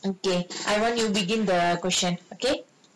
okay I want you begin the question okay